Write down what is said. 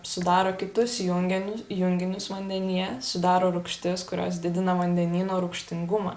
sudaro kitus junginių junginius vandenyje sudaro rūgštis kurios didina vandenyno rūgštingumą